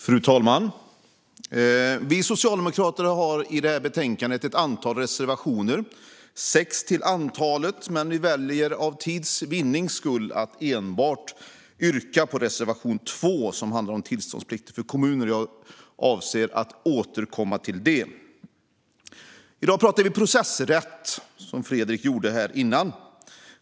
Fru talman! Vi socialdemokrater har i det här betänkandet ett antal reservationer - sex stycken - men vi väljer för tids vinning att enbart yrka på reservation 2 som handlar om tillståndsplikt för kommuner. Jag avser att återkomma till det. I dag pratar vi om processrätt.